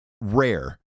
rare